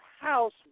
house